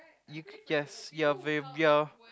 you guess you're very your